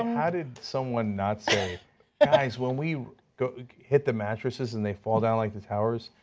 um how did someone not say guys, when we hit the mattresses and they fall down like the towers,